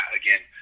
again